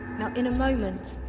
now in a moment,